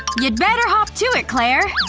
you'd better hop to it, clair!